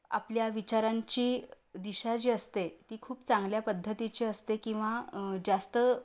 आपल्या विचारांची दिशा जी असते ती खूप चांगल्या पद्धतीची असते किंवा जास्त